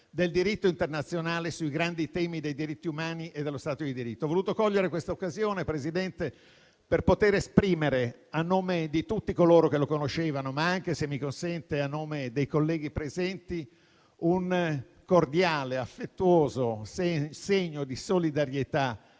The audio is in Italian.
del diritto internazionale sui grandi temi dei diritti umani e dello Stato di diritto. Ho voluto cogliere questa occasione, signora Presidente, per poter esprimere, a nome di tutti coloro che lo conoscevano, ma anche, se me lo consente, a nome dei colleghi presenti, un cordiale e affettuoso segno di solidarietà